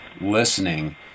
listening